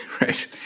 Right